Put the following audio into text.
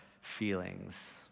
feelings